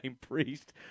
priest